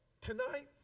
tonight